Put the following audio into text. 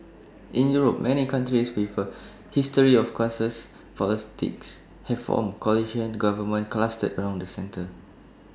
in Europe many countries with A history of consensus politics have formed coalition governments clustered around the centre